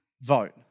vote